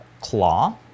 claw